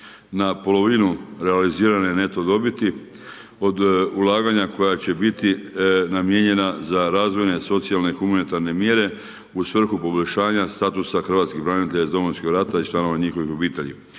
na polovinu realizirane neto dobiti od ulaganja koja će biti namijenjena za razvojne socijalne humanitarne mjere u svrhu poboljšanja statusa hrvatskih branitelja iz Domovinskog rata i članova njihovih obitelji.